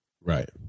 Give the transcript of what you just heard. Right